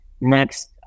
next